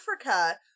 Africa